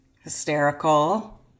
hysterical